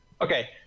Okay